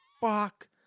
fuck